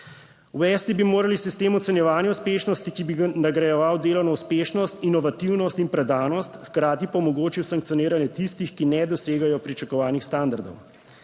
Uvesti bi morali sistem ocenjevanja uspešnosti, ki bi nagrajeval delovno uspešnost, inovativnost in predanost, hkrati pa omogočil sankcioniranje tistih, ki ne dosegajo pričakovanih standardov.